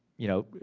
you know,